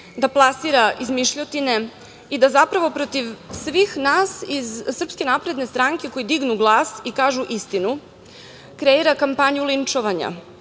da plasira izmišljotine i da zapravo protiv svih nas iz SNS koji dignu glas i kažu istinu kreira kampanju linčovanja,